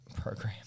program